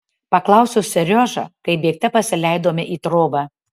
paklausiau seriožą kai bėgte pasileidome į trobą